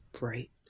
right